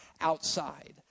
outside